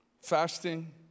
Fasting